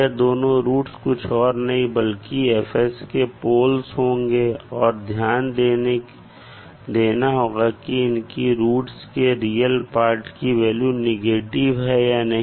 यह दोनों रूट्स कुछ और नहीं बल्कि F के पोल्स होंगे और आपको ध्यान देना होगा कि इनकी रूट्स के रियल पार्ट की वैल्यू नेगेटिव है या नहीं